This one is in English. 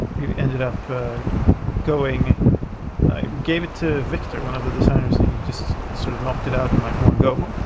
we we ended up going we gave it to viktor, one of the designers and he just sort of knocked it out in like one go.